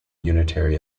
unitary